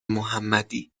محمدی